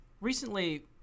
Recently